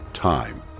Time